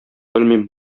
белмим